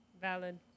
Valid